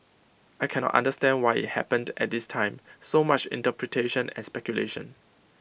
I cannot understand why IT happened at this time so much interpretation and speculation